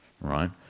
right